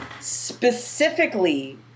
specifically